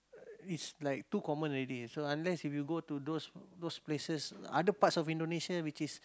is like too common already so unless if you go to those those places other parts of Indonesia which is